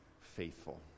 faithful